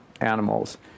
animals